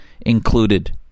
included